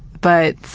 but,